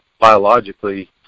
biologically